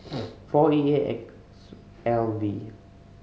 four E A X L V